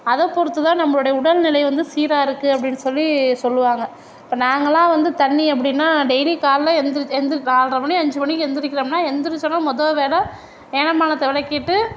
அதைப் பொறுத்து தான் நம்மளோடைய உடல்நிலை வந்து சீராக இருக்குது அப்படின் சொல்லி சொல்லுவாங்க இப்போ நாங்கள்லாம் வந்து தண்ணி அப்படின்னா டெய்லி காலைல எந்திரு எந்திரு நால்ரை மணி அஞ்சரை மணிக்கு எந்திரிக்கிறோம்னா எந்திரிச்சொடன மொதல் வேலை ஏனம்பானத்தை விளக்கிட்டு